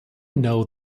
know